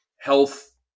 Health